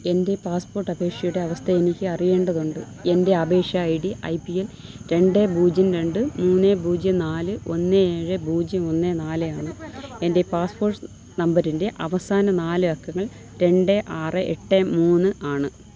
എൻ്റെ പാസ്പോർട്ട് അപേഷയുടെ അവസ്ഥ എനിക്ക് അറിയേണ്ടതുണ്ട് എന്റെ അപേക്ഷ I D I P L രണ്ട് പൂജ്യം രണ്ട് മൂന്ന് പൂജ്യം നാല് ഒന്ന് ഏഴ് പൂജ്യം ഒന്ന് നാല് ആണ് എന്റെ പാസ്പോർട്ട് നമ്പറിന്റെ അവസാന നാല് അക്കങ്ങൾ രണ്ട് ആറ് എട്ട് മൂന്ന് ആണ്